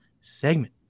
segment